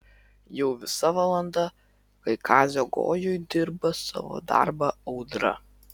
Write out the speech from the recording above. jau visa valanda kai kazio gojuj dirba savo darbą audra